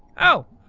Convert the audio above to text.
oh!